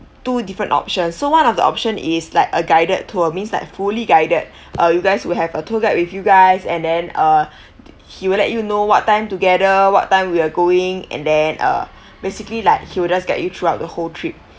two different options so one of the option is like a guided tour means like fully guided uh you guys will have a tour guide with you guys and then uh he will let you know what time to gather what time we are going and then uh basically like he will just guide you throughout the whole trip